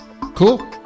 Cool